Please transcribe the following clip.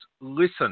listen